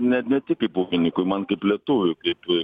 net ne tik kaip ūkininkui man kaip lietuviui kaip